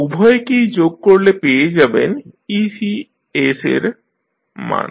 উভয়কেই যোগ করলে পেয়ে যাবেন Ec এর মান